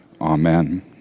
Amen